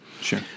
Sure